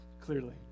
clearly